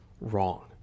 wrong